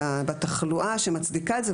בתחלואה שמצדיקה את זה.